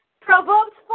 Proverbs